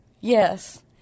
Yes